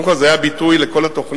קודם כול, זה היה ביטוי לכל התוכנית.